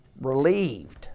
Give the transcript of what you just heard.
Relieved